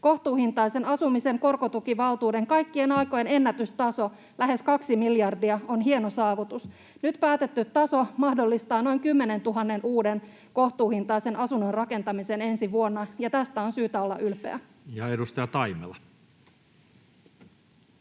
Kohtuuhintaisen asumisen korkotukivaltuuden kaikkien aikojen ennätystaso, lähes 2 miljardia, on hieno saavutus. Nyt päätetty taso mahdollistaa noin 10 000 uuden kohtuuhintaisen asunnon rakentamisen ensi vuonna, ja tästä on syytä olla ylpeä. Ja edustaja Taimela.